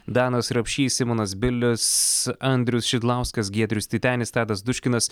danas rapšys simonas bilis andrius šidlauskas giedrius titenis tadas duškinas